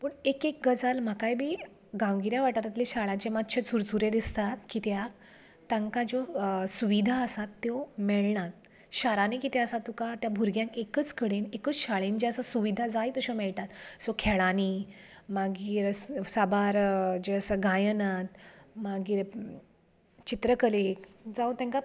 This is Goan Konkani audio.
पूण एक एक गजाल म्हाकाय बी गांवगिऱ्या वाठारांतले शाळांचें मातशें चुरचूरे दिसतात कित्याक तांकां ज्यो सुविधा आसात त्यो मेळनात शारांनी किदें आसा तांकां त्या भुरग्यांक एकच कडेन एकच शाळेंत जें आसा सुविधा जाय तश्यो मेळटात सो खेळांनी मागीर साबार जे आसा गायनांत मागीर चित्रकलेक जावं तेंका